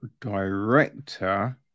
director